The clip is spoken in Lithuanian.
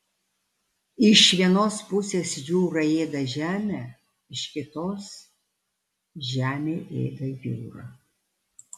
iš vienos pusės jūra ėda žemę iš kitos žemė ėda jūrą